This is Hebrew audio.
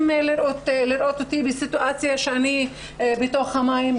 לראות אותי בסיטואציה שאני בתוך המים.